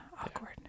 Awkward